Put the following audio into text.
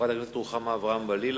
חברת הכנסת רוחמה אברהם-בלילא.